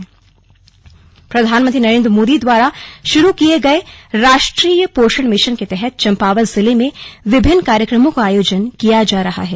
slug पोषण mission प्रधानमंत्री नरेंद्र मोदी द्वारा शुरू किए गए राष्ट्रीय पोषण मिशन के तहत चम्पावत जिले में विभिन्न कार्यक्रमों का आयोजन किया जा रहा है